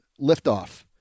Liftoff